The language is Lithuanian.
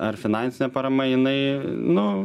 ar finansinė parama jinai nu